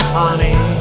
honey